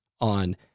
on